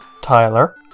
Tyler